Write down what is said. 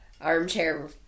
armchair